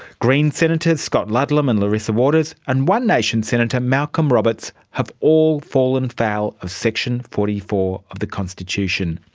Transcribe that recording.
greens senators scott ludlam and larissa waters, and one nation senator malcolm roberts have all fallen foul of section forty four of the constitution.